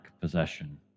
possession